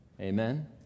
Amen